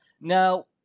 Now